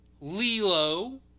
Lilo